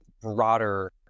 broader